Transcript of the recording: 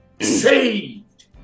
saved